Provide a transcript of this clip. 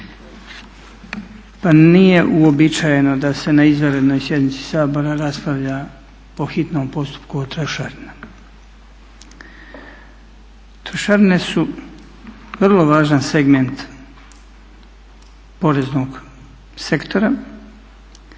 Pa nije uobičajeno da se na izvanrednoj sjednici Sabora raspravlja po hitnom postupku o trošarinama. Trošarine su vrlo važan segment poreznog sektora